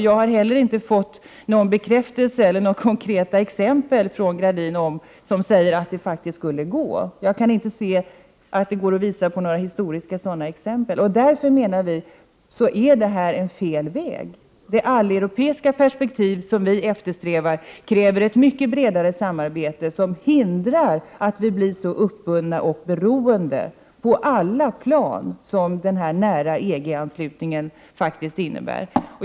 Jag har inte heller fått några konkreta exempel från Anita Gradin som visar att det faktiskt skulle gå. Enligt min mening går det inte att ta fram några historiska exempel, och därför menar vi att det här är fråga om en felaktig väg. Det alleuropeiska perspektiv som vi eftersträvar kräver ett mycket bredare samarbete, som hindrar att vi blir så uppbundna och beroende på alla plan som den här nära EG-anslutningen faktiskt innebär.